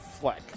Fleck